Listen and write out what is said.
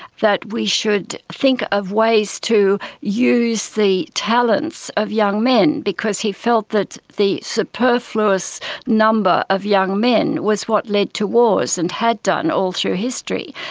that we should think of ways to use the talents of young men because he felt that the superfluous number of young men was what led to wars and had done all through history.